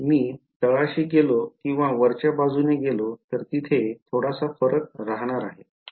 मी तळाशी गेलो किंवा वरच्या बाजूने गेलो तर तिथे थोडासा फरक राहणार आहे